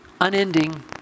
Unending